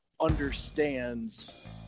understands